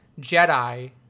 Jedi